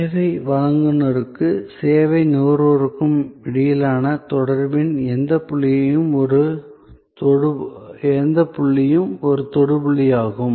சேவை வழங்குநருக்கும் சேவை நுகர்வோருக்கும் இடையிலான தொடர்பின் எந்தப் புள்ளியும் ஒரு தொடு புள்ளியாகும்